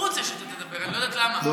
הוא רוצה שאני אתאפר, אני לא יודעת למה.